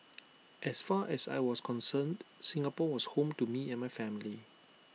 as far as I was concerned Singapore was home to me and my family